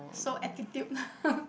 so attitude